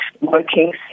working